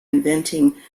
inventing